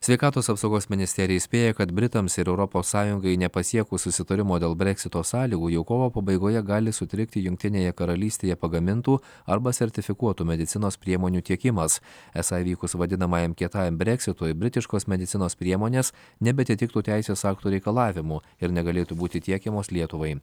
sveikatos apsaugos ministerija įspėja kad britams ir europos sąjungai nepasiekus susitarimo dėl breksito sąlygų jau kovo pabaigoje gali sutrikti jungtinėje karalystėje pagamintų arba sertifikuotų medicinos priemonių tiekimas esą įvykus vadinamajam kietajam breksitui britiškos medicinos priemonės nebeatitiktų teisės aktų reikalavimų ir negalėtų būti tiekiamos lietuvai